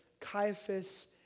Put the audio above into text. Caiaphas